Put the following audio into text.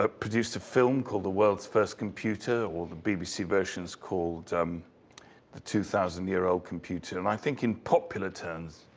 ah produced a film called the world's first computer, or the bbc version's called um the two thousand year old computer. and i think in popular terms,